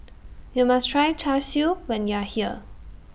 YOU must Try Char Siu when YOU Are here